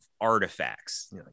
artifacts